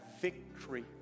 victory